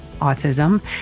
autism